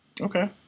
Okay